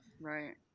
right